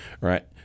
Right